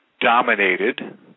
dominated